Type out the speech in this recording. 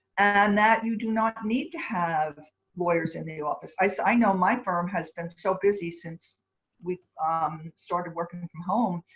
and that you do not need to have lawyers in the office. i know my firm has been so busy since we started working from home,